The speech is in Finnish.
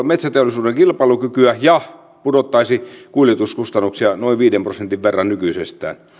metsäteollisuuden kilpailukykyä ja pudottaisi kuljetuskustannuksia noin viiden prosentin verran nykyisestä